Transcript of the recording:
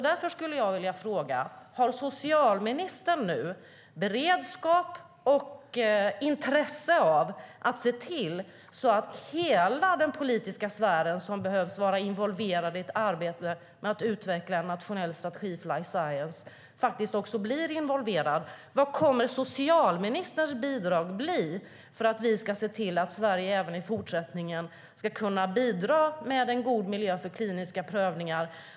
Därför skulle jag vilja fråga: Har socialministern nu beredskap och intresse av att se till att hela den politiska sfären, som behöver vara involverad i ett arbete med att utveckla en nationell strategi för life science, faktiskt blir involverad? Vad kommer socialministerns bidrag att bli för att Sverige även i fortsättningen ska kunna bidra med en god miljö för kliniska prövningar?